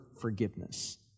forgiveness